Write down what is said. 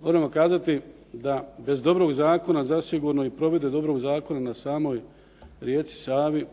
Moram vam kazati da bez dobrog zakona zasigurno i provedbe dobrog zakona na samoj rijeci Savi